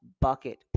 Bucket